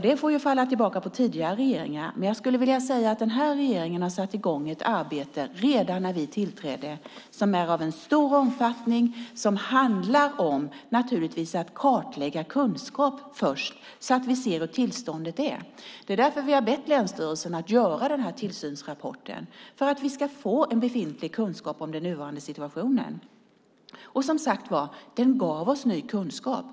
Det får falla tillbaka på tidigare regeringar, men jag skulle vilja säga att den här regeringen redan när vi tillträdde satte i gång ett arbete av stor omfattning. Det handlar naturligtvis först om att kartlägga kunskapen, så att vi ser hur tillståndet är. Det är därför vi har bett länsstyrelserna att göra den här tillsynsrapporten för att vi ska få kunskap om den nuvarande situationen. Som sagt gav den oss ny kunskap.